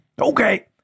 Okay